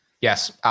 Yes